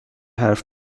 حرف